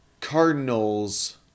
Cardinals